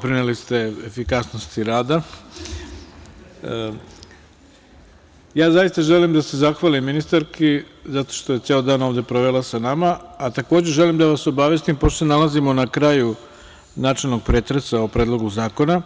Zaista želim da se zahvalim ministarki zato što je ceo dan provela ovde sa nama, a želim i da vas obavestim, pošto se nalazimo na kraju načelnog pretresa o Predlogu zakona,